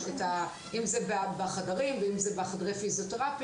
אם רוצים לפתור את המחסור של 10,000 מיטות,